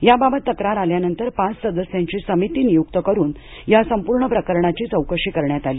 याबाबत तक्रार आल्यानंतर पाच सदस्यांची समिती नियूक्त करून या संपूर्ण प्रकरणाची चौकशी करण्यात आली